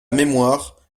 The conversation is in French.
mémoire